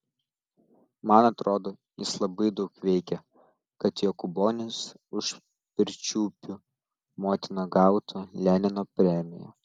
man atrodo jis labai daug veikė kad jokūbonis už pirčiupių motiną gautų lenino premiją